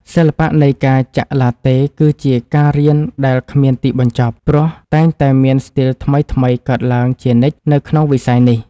សិល្បៈនៃការចាក់ឡាតេ គឺជាការរៀនដែលគ្មានទីបញ្ចប់ ព្រោះតែងតែមានស្ទីលថ្មីៗកើតឡើងជានិច្ចនៅក្នុងវិស័យនេះ។